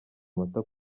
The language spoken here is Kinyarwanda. amata